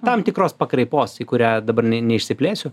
tam tikros pakraipos į kurią dabar ne neišsiplėsiu